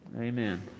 Amen